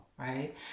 Right